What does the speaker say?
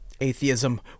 atheism